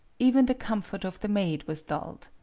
even the comfort of the maid was dulled.